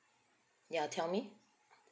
ya tell me